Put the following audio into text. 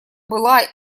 была